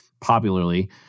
popularly